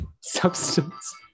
substance